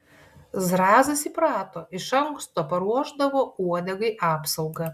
zrazas įprato iš anksto paruošdavo uodegai apsaugą